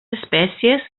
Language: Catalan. espècies